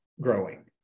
growing